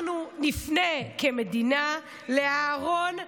אנחנו נפנה כמדינה לאהרן ברק.